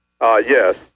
Yes